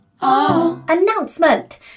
Announcement